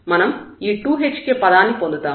మనం ఈ 2hk పదాన్ని పొందుతాము